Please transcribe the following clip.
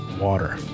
water